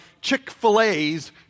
Chick-fil-A's